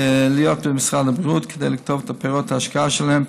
במשרד הבריאות כדי לקטוף את פירות ההשקעה שלהם.